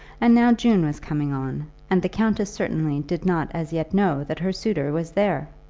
and now june was coming on, and the countess certainly did not as yet know that her suitor was there!